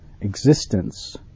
existence